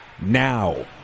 now